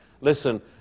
Listen